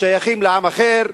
השייכים לעם אחר,